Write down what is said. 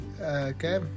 Okay